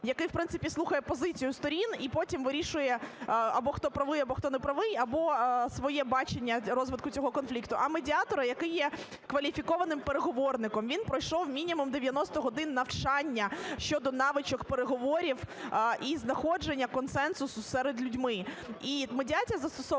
який, в принципі, слухає позицію сторін і потім вирішує, або хто правий, або хто неправий, або своє бачення розвитку цього конфлікту, а медіатора, який є кваліфікованим переговорником. Він пройшов мінімум 90 годин навчання щодо навичок переговорів і знаходження консенсусу серед людей. І медіація застосовується